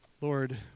Lord